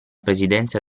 presidenza